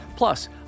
Plus